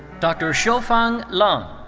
dr. shoufeng lan.